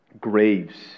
graves